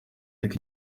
ariko